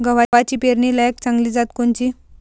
गव्हाची पेरनीलायक चांगली जात कोनची?